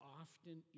often